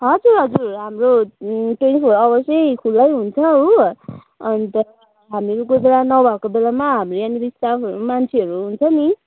हजुर हजुर हाम्रो ट्वेन्टी फोर आवर्स नै खुल्लै हुन्छ हो अन्त हामी कोही बेला नभएको बेलामा हाम्रो यहाँनिर स्टाफ मान्छेहरू हुन्छ नि